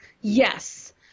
yes